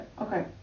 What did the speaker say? okay